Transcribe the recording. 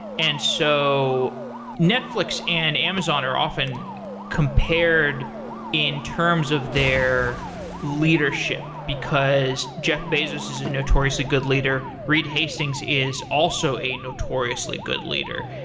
and so netflix and amazon are often compared in terms of their leadership, because jeff bezos is a notoriously good leader. reed hastings is also a notoriously good leader.